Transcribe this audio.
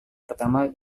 pertama